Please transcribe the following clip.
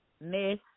Miss